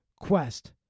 quest